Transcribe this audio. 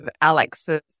Alex's